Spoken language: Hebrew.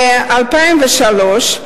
ב-2003,